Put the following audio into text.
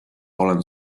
olen